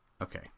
Okay